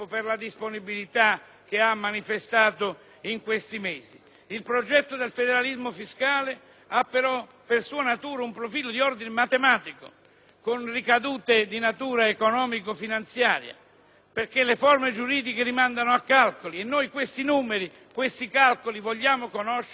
Il progetto del federalismo fiscale ha però, per sua natura, un profilo di ordine matematico, con ricadute di natura economico-finanziaria, perché le formule giuridiche rimandano a calcoli e numeri che vogliamo conoscere. Il Parlamento non può rimanerne all'oscuro. Le nostre proposte